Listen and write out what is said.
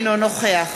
אינו נוכח